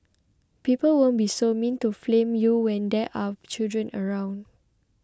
people won't be so mean to flame you when there are children around